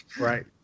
Right